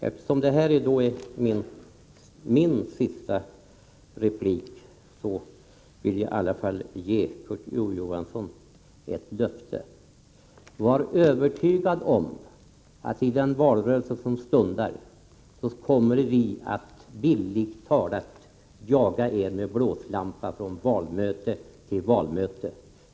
Eftersom detta är min sista replik vill jag ge Kurt Ove Johansson ett löfte: Var övertygad om att i valrörelsen som stundar kommer vi att bildligt talat jaga er med blåslampa från valmöte till valmöte.